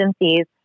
agencies